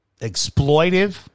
exploitive